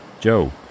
Joe